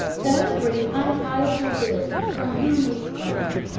those were the untitled nobility from whom we sprung.